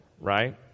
right